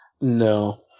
No